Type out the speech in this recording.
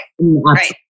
right